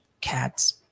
cats